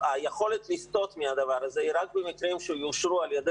היכולת לסטות מהדבר הזה היא רק במקרים שיאושרו על ידי